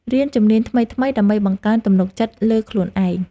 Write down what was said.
រៀនជំនាញថ្មីៗ ដើម្បីបង្កើនទំនុកចិត្តលើខ្លួនឯង។